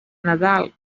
nadal